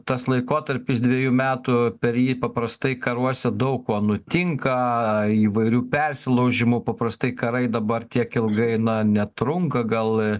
tas laikotarpis dvejų metų per jį paprastai karuose daug ko nutinka įvairių persilaužimų paprastai karai dabar tiek ilgai netrunka gal